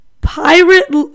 pirate